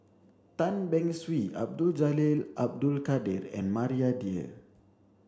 Tan Beng Swee Abdul Jalil Abdul Kadir and Maria Dyer